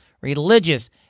religious